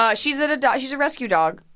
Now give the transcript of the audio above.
um she's an adopt she's a rescue dog.